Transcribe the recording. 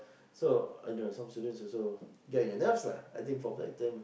so I don't some students also get on your nerves lah I think from back then